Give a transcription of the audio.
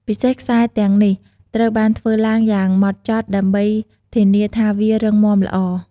ពិសេសខ្សែទាំងនេះត្រូវបានធ្វើឡើងយ៉ាងម៉ត់ចត់ដើម្បីធានាថាវារឹងមាំល្អ។